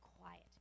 quiet